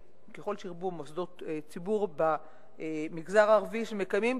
ככל שירבו מוסדות ציבור במגזר הערבי שמקיימים